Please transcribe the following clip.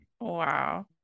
wow